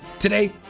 Today